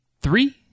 three